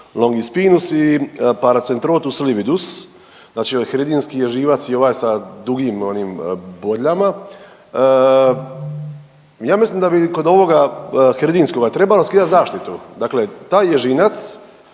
longispinusi paracentrotus libidus, znači ovaj hridinski ježinac i ovaj sa dugim bodljama. Ja mislim da bi kod ovoga hridinskoga trebalo skidat zaštitu. Dakle, taj ježinac